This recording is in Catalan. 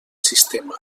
sistema